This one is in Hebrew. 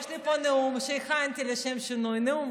יש לי פה נאום שהכנתי לשם שינוי, נאום.